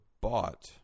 bought